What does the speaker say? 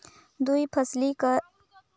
दुई फसली खेती करे से हमन ला कौन फायदा होही?